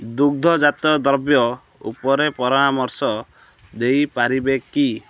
ଦୁଗ୍ଧଜାତ ଦ୍ରବ୍ୟ ଉପରେ ପରାମର୍ଶ ଦେଇପାରିବେ କି